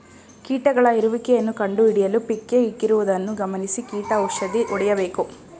ಕೀಟಗಳ ಇರುವಿಕೆಯನ್ನು ಕಂಡುಹಿಡಿಯಲು ಪಿಕ್ಕೇ ಇಕ್ಕಿರುವುದನ್ನು ಗಮನಿಸಿ ಕೀಟ ಔಷಧಿ ಹೊಡೆಯಬೇಕು